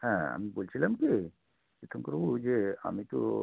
হ্যাঁ আমি বলছিলাম কী তীর্থঙ্করবাবু ওই যে আমি তো